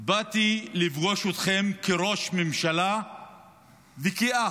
באתי לפגוש אתכם כראש ממשלה וכאח.